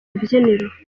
rubyiniro